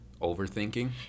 overthinking